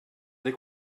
dès